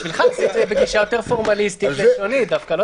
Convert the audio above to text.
בשבילך עשיתי בגישה יותר פורמליסטית, דווקא לא